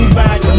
back